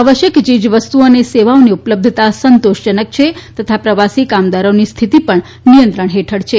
આવશ્યક ચીજવસ્તુઓ અને સેવાઓની ઉપલબ્ધતા સંતોષજનક છે તથા પ્રવાસી કામદારોની સ્થિતિ પણ નિયંત્રણ હેઠળ છે